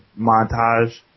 montage